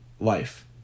life